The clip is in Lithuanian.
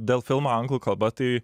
dėl filmo anglų kalba tai